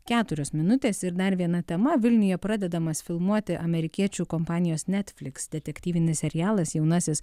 keturios minutės ir dar viena tema vilniuje pradedamas filmuoti amerikiečių kompanijos netflix detektyvinis serialas jaunasis